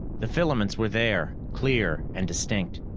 the filaments were there, clear and distinct.